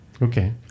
Okay